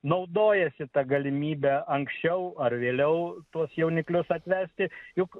naudojasi ta galimybe anksčiau ar vėliau tuos jauniklius atvesti juk